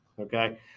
Okay